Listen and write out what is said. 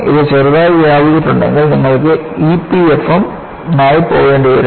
ഇത് ചെറുതായി വ്യാപിച്ചിട്ടുണ്ടെങ്കിൽ നിങ്ങൾ EPFM നായി പോകേണ്ടിവരും